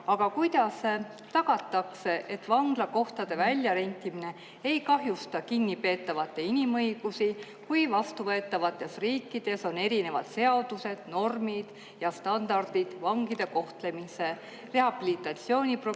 Aga kuidas tagatakse, et vanglakohtade väljarentimine ei kahjusta kinnipeetavate inimõigusi, kui vastuvõtvates riikides on erinevad seadused, normid ja standardid vangide kohtlemise, rehabilitatsiooniprogrammide